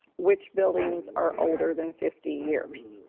which buildings are older than fifty years?